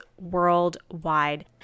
worldwide